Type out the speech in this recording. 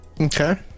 Okay